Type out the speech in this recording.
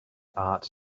art